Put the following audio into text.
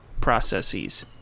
processes